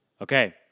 Okay